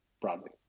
broadly